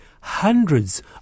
hundreds